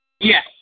Yes